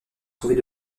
trouver